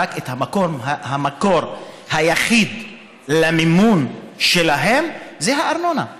המקור היחיד למימון שלהם זה הארנונה.